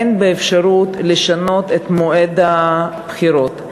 אין אפשרות לשנות את מועד הבחירות.